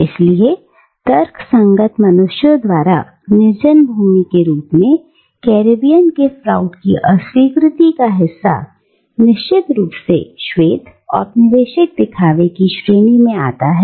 इसलिए तर्कसंगत मनुष्य द्वारा निर्जन भूमि के रूप में कैरेबियन के फ्राउड की अस्वीकृति का हिस्सा निश्चित रूप से श्वेत औपनिवेशिक दिखावे की श्रेणी में आता है